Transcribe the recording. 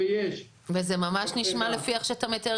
זה ממש נשמע לפי איך שאתה מתאר,